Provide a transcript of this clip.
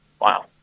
Wow